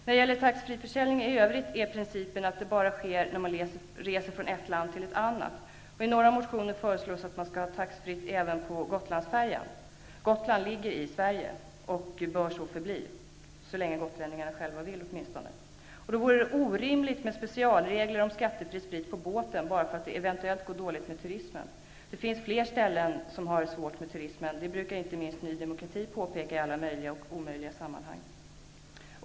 När det gäller taxfreeförsäljning i övrigt är principen att sådan bara sker vid resa från ett land till ett annat. I några motioner föreslås att man skulle ha taxfreeförsäljning även på Gotlandsfärjan. Gotland ligger i Sverige, och det bör så förbli -- åtminstone så länge gotlänningarna själva vill. Det vore orimligt med specialregler om skattefri sprit på båten bara för att det eventuellt går dåligt med turismen. Det finns fler ställen som har svårt med turismen. Det brukar inte minst Ny demokrati påpeka i alla möjliga och omöjliga sammanhang.